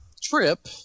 Trip